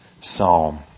Psalm